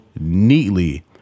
neatly